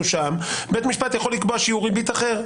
שם בית המשפט יכול לקבוע שיעור ריבית אחר.